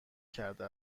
کرده